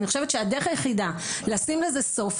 אני חושבת שהדרך היחידה לשים לזה סוף,